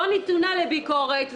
לא נתונה לביקורת,